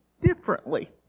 differently